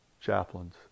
chaplains